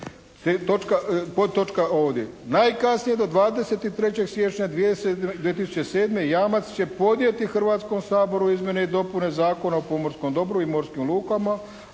najkasnije do 23. siječnja 2007. jamac će podnijeti Hrvatskom saboru izmjene i dopune Zakona o pomorskom dobru i morskim lukama